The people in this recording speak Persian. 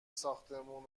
ساختمون